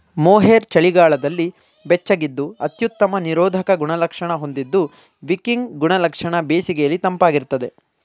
mohair ಚಳಿಗಾಲದಲ್ಲಿ ಬೆಚ್ಚಗಿದ್ದು ಅತ್ಯುತ್ತಮ ನಿರೋಧಕ ಗುಣಲಕ್ಷಣ ಹೊಂದಿದ್ದು ವಿಕಿಂಗ್ ಗುಣಲಕ್ಷಣ ಬೇಸಿಗೆಲಿ ತಂಪಾಗಿರ್ತದೆ